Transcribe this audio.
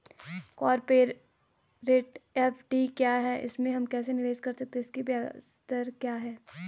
Corporate FD क्या है इसमें हम कैसे निवेश कर सकते हैं इसकी ब्याज दर क्या है?